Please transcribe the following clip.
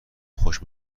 خوش